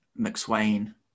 McSwain